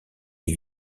les